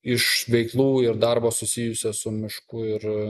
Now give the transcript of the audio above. iš veiklų ir darbo susijusio su mišku ir